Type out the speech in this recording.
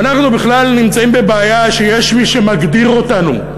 ואנחנו בכלל נמצאים בבעיה שיש מי שמגדיר אותנו,